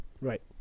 Right